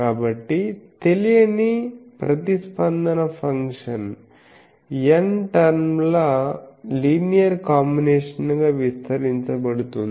కాబట్టి తెలియని ప్రతిస్పందన ఫంక్షన్ n టర్న్ల లీనియర్ కాంబినేషన్ గా విస్తరించబడుతుంది